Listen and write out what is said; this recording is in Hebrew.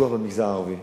לפיתוח במגזר הערבי.